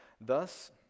Thus